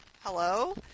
hello